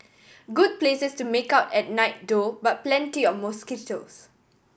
good places to make out at night though but plenty of mosquitoes